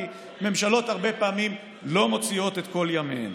הרבה פעמים ממשלות לא מוציאות את כל ימיהן.